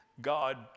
God